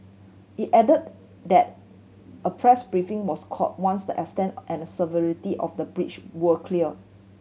it added that a press briefing was called once the extent and severity of the breach were clear